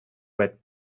wet